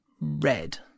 red